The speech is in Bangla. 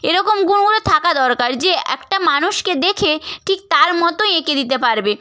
এরকম গুণগুলো থাকা দরকার যে একটা মানুষকে দেখে ঠিক তার মতো এঁকে দিতে পারবে